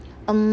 mm